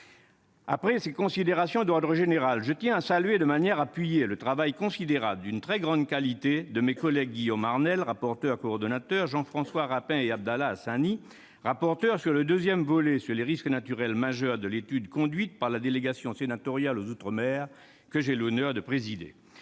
Après ces considérations d'ordre général, je tiens à saluer de manière appuyée le travail considérable et de très grande qualité de mes collègues Guillaume Arnell, rapporteur coordinateur, Jean-François Rapin et Abdallah Hassani, rapporteurs, sur le second volet du rapport d'information sur les risques naturels majeurs dans les outre-mer conduit par la délégation sénatoriale aux outre-mer que j'ai l'honneur de présider.